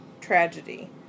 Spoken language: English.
tragedy